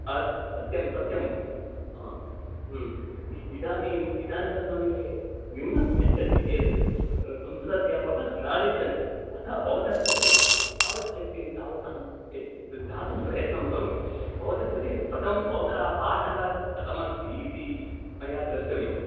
आ सत्यं सत्यं हा ह्म् इदानीं इदान्तसमये न्यूनं यच्छन्ति चेत् संस्कृत अध्यापकाः नागच्छन्ति अतः भवतः कृते यावच्छक्ति तावत् अहं य दातुं प्रयत्नं करोमि भवतः कृते कथं भवतः पाठः कथमस्ति इति मया द्रष्टव्यम्